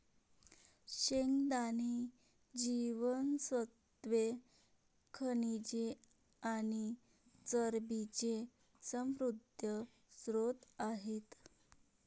शेंगदाणे जीवनसत्त्वे, खनिजे आणि चरबीचे समृद्ध स्त्रोत आहेत